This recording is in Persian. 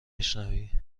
بشنوی